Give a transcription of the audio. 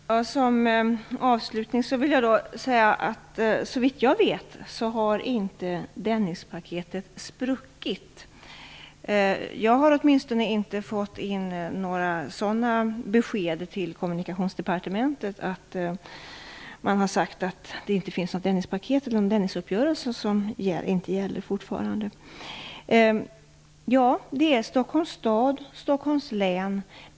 Fru talman! Som avslutning vill jag säga att Dennispaketet, så vitt jag vet, inte har spruckit. Jag har åtminstone inte fått in några besked till Kommunikationsdepartementet om att Dennispaketet eller Dennisuppgörelsen inte fortfarande gäller. Ja, det handlar om Stockholms stad och Stockholms län.